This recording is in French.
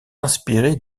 inspiré